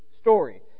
story